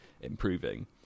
improving